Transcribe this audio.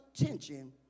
attention